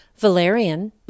Valerian